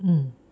mm